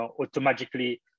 automatically